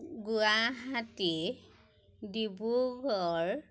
Guwahati Dibrugarh